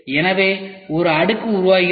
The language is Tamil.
எனவே ஒரு அடுக்கு உருவாகிறது